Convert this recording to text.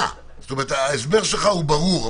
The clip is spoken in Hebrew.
ההסבר שלך הוא ברור.